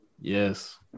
Yes